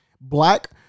black